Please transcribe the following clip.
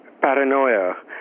paranoia